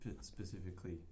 specifically